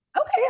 okay